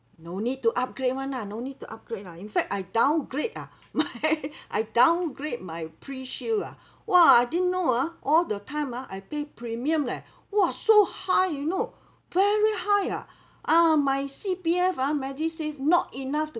no need to upgrade [one] lah no need to upgrade lah in fact I downgrade ah my I downgrade my PRUShield ah !wah! didn't know ah all the time ah I pay premium leh !wah! so high you know very high ah uh my C_P_F ah MediSave not enough to